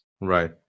Right